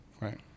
Right